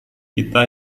kita